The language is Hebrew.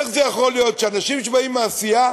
איך זה יכול להיות שאנשים שבאים מעשייה,